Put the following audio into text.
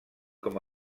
com